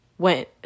went